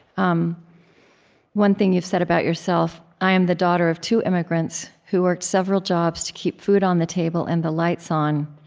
um one thing you've said about yourself i am the daughter of two immigrants who worked several jobs to keep food on the table and the lights on.